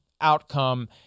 outcome